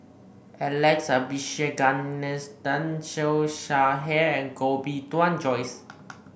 Alex Abisheganaden Siew Shaw Her and Koh Bee Tuan Joyce